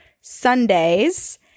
sundays